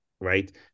right